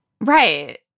right